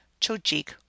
chojik